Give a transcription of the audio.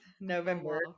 November